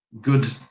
Good